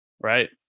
Right